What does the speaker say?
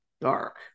dark